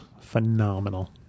phenomenal